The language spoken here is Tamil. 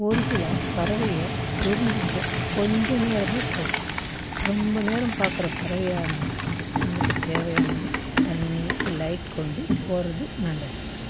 ஒரு சில பறவையை தெரிஞ்சுக்க கொஞ்ச நேரமே போதும் ரொம்ப நேரம் பார்க்குற பறவையாக இருந்தால் நமக்கு தேவையான தண்ணி லைட் கொண்டு போகிறது நல்லது